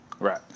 Right